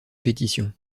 pétition